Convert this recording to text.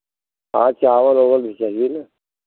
और चावल उवल भी चाहिए ना